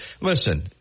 Listen